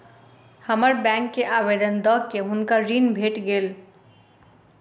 bank के आवेदन दअ के हुनका ऋण भेट गेल